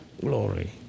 glory